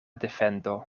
defendo